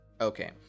Okay